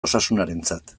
osasunarentzat